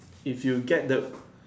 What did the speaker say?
if you get the